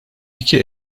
iki